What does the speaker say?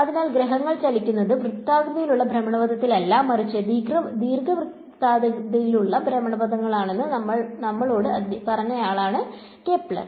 അതിനാൽ ഗ്രഹങ്ങൾ ചലിക്കുന്നത് വൃത്താകൃതിയിലുള്ള ഭ്രമണപഥത്തിലല്ല മറിച്ച് ദീർഘവൃത്താകൃതിയിലുള്ള ഭ്രമണപഥങ്ങളാണെന്ന് നമ്മളോട് പറഞ്ഞയാളാണ് അദ്ദേഹം